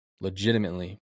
Legitimately